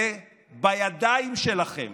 זה בידיים שלכם.